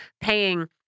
paying